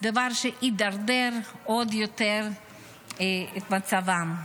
דבר שידרדר עוד יותר את מצבם.